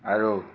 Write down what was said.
আৰু